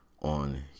on